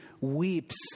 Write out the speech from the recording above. weeps